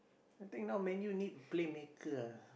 I think now Man-U need play ah